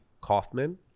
Kaufman